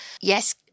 Yes